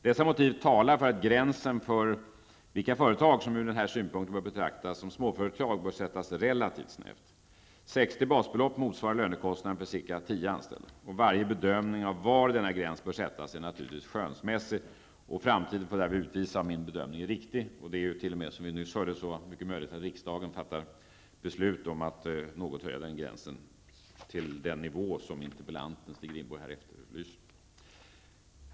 Dessa motiv talar för att gränsen för vilka företag som ur den här synpunkten bör betraktas som småföretag bör sättas relativt snävt. 60 basbelopp motsvarar lönekostnaden för ca 10 anställda. Varje bedömning av var denna gräns bör sättas är naturligtvis skönsmässig, och framtiden får därför utvisa om min bedömning är riktig. Det är t.o.m., som vi nyss hörde, mycket möjligt att riksdagen fattar beslut om att något höja den gränsen, till den nivå som interpellanten, Stig Rindborg, efterlyser.